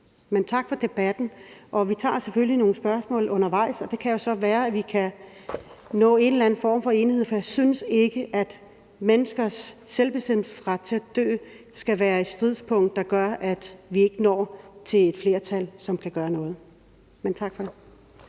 Men tak for debatten. Vi tager selvfølgelig nogle spørgsmål undervejs, og så kan det være, vi kan nå frem til en eller anden form for enighed. For jeg synes ikke, at menneskers selvbestemmelsesret til at dø skal være et stridspunkt, der gør, at vi ikke når til et flertal, som kan gøre noget. Men tak. Kl.